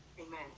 amen